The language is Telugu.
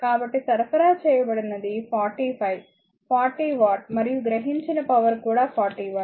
కాబట్టి సరఫరా చేయబడినది 45 40 వాట్ మరియు గ్రహించిన పవర్ కూడా 40 వాట్